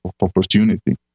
opportunity